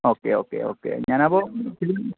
okay okay okay ഞാനപ്പോള്